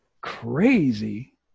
crazy